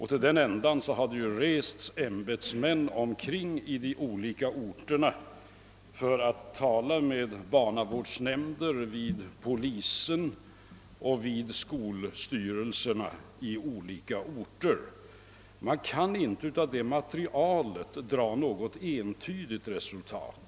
Till den ändan har ämbetsmän rest omkring i de olika orterna för att tala med barnavårdsnämnder, med polisen och med skolstyrelserna i olika orter. Man kan emellertid inte av det erhållna materialet dra någon entydig slutsats.